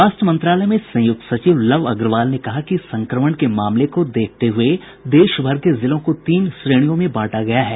स्वास्थ्य मंत्रालय में संयुक्त सचिव लव अग्रवाल ने कहा कि संक्रमण के मामले को देखते हुए देश भर के जिलों को तीन श्रेणियों में बांटा गया है